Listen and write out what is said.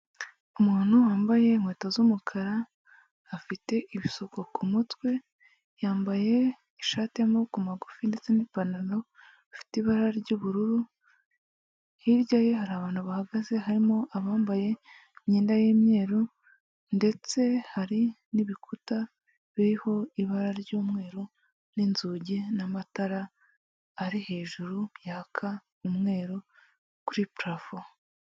Umuntu wambaye inkweto z'umukara, afite ibisuko ku mutwe, yambaye ishati y'amaboko magufi ndetse n'ipantaro ifite ibara ry'ubururu, hirya ye hari abantu bahagaze harimo abambaye imyenda y'imyeru, ndetse hari n'ibikuta biriho ibara ry'umweru, n'inzugi n'amatara ari hejuru yaka umweru kuri parafo.